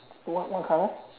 what what colour